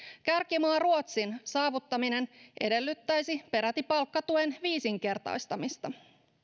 kärkimaa ruotsin saavuttaminen edellyttäisi peräti palkkatuen viisinkertaistamista